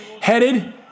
Headed